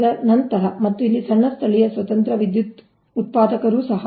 ಅದರ ನಂತರ ಮತ್ತು ಇಲ್ಲಿ ಸಣ್ಣ ಸ್ಥಳೀಯ ಸ್ವತಂತ್ರ ವಿದ್ಯುತ್ ಉತ್ಪಾದಕರೂ ಸಹ